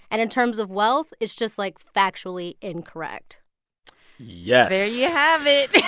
and in terms of wealth is just, like, factually incorrect yes there you have it